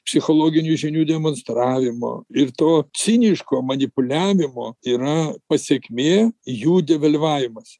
psichologinių žinių demonstravimo ir to ciniško manipuliavimo yra pasekmė jų devalvavimas